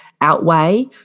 outweigh